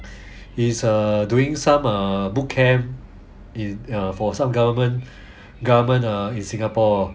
he is err doing some err boot camp in err for some government government err in singapore